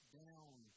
down